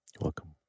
welcome